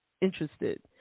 interested